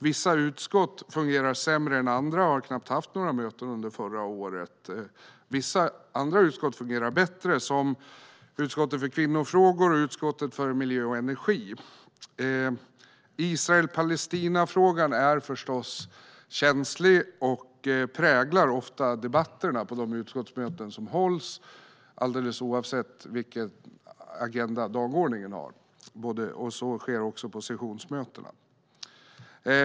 Vissa utskott fungerar sämre än andra och hade knappt några möten under förra året. Vissa utskott fungerar bättre, som utskottet för kvinnofrågor och utskottet för miljö och energi. Israel-Palestina-frågan är förstås känslig och präglar ofta debatterna på de utskottsmöten som hålls, oavsett vilken fråga som står på dagordningen. Så sker också på sessionsmötena.